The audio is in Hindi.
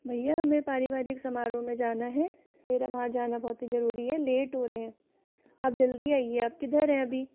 भैया हमें पारिवारिक समारोह में जाना है मेरा वहाँ जाना बहुत ही ज़रूरी है लेट हो रहे हैं आप जल्दी आइए आप किधर हैं अभी